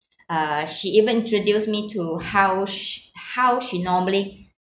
uh she even introduced me to how sh~ how she normally